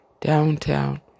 downtown